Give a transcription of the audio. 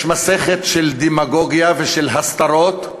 יש מסכת של דמגוגיה ושל הסתרות,